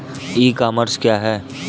ई commerce क्या है?